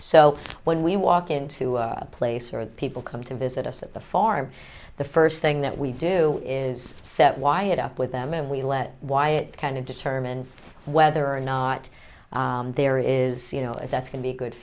so when we walk into a place or people come to visit us at the farm the first thing that we do is set why it up with them and we let wyatt kind of determine whether or not there is you know that can be a good